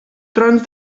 trons